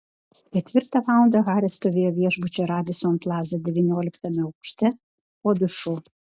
ketvirtą valandą haris stovėjo viešbučio radisson plaza devynioliktame aukšte po dušu